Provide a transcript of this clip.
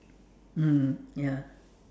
mm ya